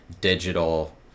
digital